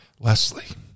Leslie